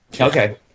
Okay